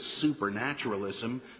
supernaturalism